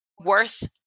worth